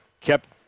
kept